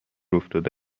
افتاده